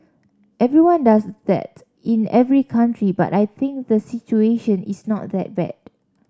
everyone does that in every country but I think the situation is not that bad